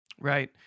Right